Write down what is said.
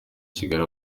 kigali